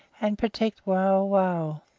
and protect wauwau.